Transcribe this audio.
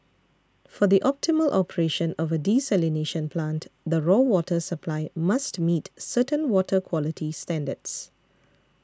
for the optimal operation of a desalination plant the raw water supply must meet certain water quality standards